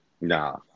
Nah